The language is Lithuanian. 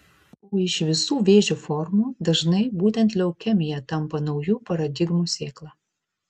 o iš visų vėžio formų dažnai būtent leukemija tampa naujų paradigmų sėkla